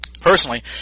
Personally